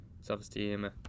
self-esteem